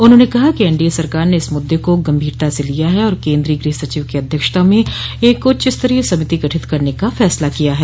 उन्होंने कहा कि एनडीए सरकार ने इस मुद्दे को गंभीरता से लिया है और केन्द्रीय गृह सचिव की अध्यक्षता में एक उच्चस्तरीय समिति गठित करने का फैसला किया है